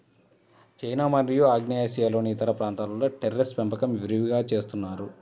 China మరియు ఆగ్నేయాసియాలోని ఇతర ప్రాంతాలలో టెర్రేస్ పెంపకం విరివిగా చేస్తున్నారు